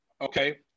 okay